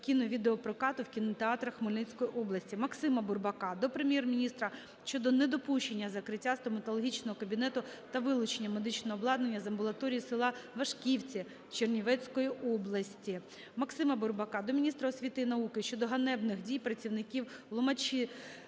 кіновідеопрокату в кінотеатрах Хмельницької області. Максима Бурбака до Прем'єр-міністра щодо недопущення закриття стоматологічного кабінету та вилучення медичного обладнання з амбулаторії села Вашківці Чернівецької області. Максима Бурбака до міністра освіти і науки щодо ганебних дій працівників